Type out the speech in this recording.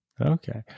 Okay